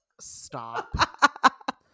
Stop